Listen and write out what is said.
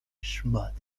szmaty